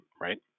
Right